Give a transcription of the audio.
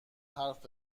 حرف